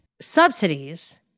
subsidies